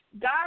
God